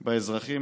באזרחים.